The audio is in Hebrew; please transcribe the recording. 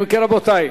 אם כן, רבותי,